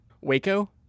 Waco